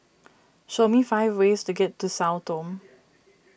show me five ways to get to Sao Tome